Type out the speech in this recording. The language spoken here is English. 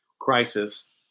crisis